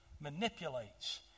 manipulates